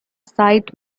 site